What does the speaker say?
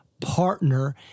partner